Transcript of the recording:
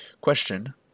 Question